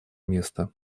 места